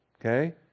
Okay